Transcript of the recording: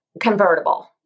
convertible